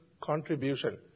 contribution